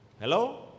Hello